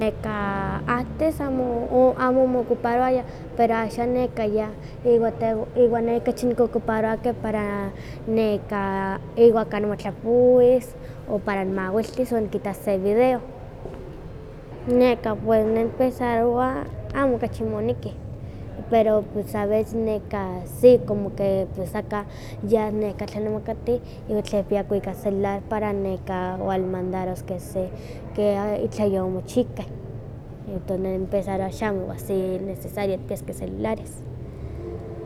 Neka antes amo o amo omokuparowaya pero axan neka ya, iwa ne kachi nikokuparowa ke para neka iwa kanipotlapowis, o para nimawiltis o nikitas se video. Neka pues ne nipensarowa amo kachi moniki, pero pus aveces neka sí como ke pues aka yas neka tlanemakati iwa tlen kipia kwikas celular, para neka walmandaroske se ke itla yomochihken, entonces ne nihpensarowa xamo sí necesario tikpiaskeh celulares.